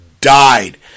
died